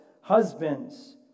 husbands